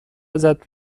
ازت